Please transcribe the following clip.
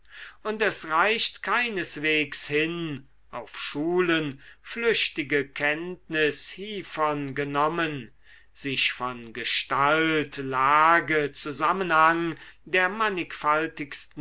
und es reicht keineswegs hin auf schulen flüchtige kenntnis hievon genommen sich von gestalt lage zusammenhang der mannigfaltigsten